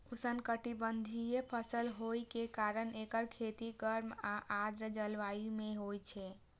उष्णकटिबंधीय फसल होइ के कारण एकर खेती गर्म आ आर्द्र जलवायु मे होइ छै